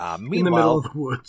Meanwhile